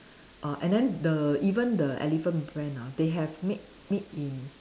err and then the even the elephant brand ah they have made made in